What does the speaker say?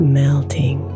melting